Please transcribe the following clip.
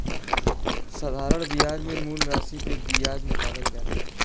साधारण बियाज मे मूल रासी पे बियाज निकालल जाला